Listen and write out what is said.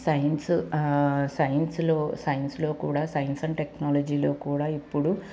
science సైన్స్లో సైన్స్లో కూడా సైన్స్ అండ్ టెక్నాలజీలో కూడా ఇప్పుడు